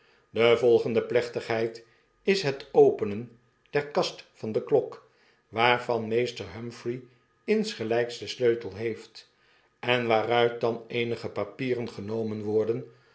de volgende plechtigheid is het openen der kast van de klok waarvan meester humphrey insgelyks den sleutel heeft en waaruit dan eenige papiereri genomen worden